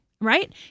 Right